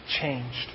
changed